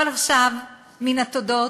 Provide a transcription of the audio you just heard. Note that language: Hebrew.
אבל עכשיו, מן התודות